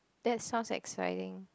that sounds exciting